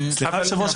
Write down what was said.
אדוני יושב הראש,